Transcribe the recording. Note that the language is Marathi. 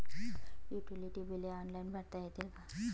युटिलिटी बिले ऑनलाईन भरता येतील का?